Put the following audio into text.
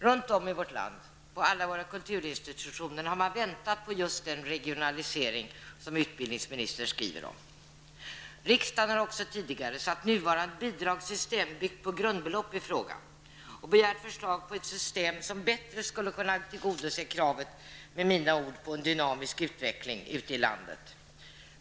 På våra kulturinstitutioner runt om i vårt land har man väntat på just den regionalisering som utbildningsministern skriver om. Riksdagen har också tidigare ifrågasatt nuvarande bidragssystem som är byggt på grundbelopp och begärt förslag på ett system som bättre uppfyller kravet på -- med mina ord -- en dynamisk utveckling ute i landet.